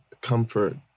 comfort